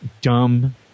dumb